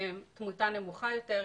תמותה נמוכה יותר,